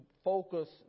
Focus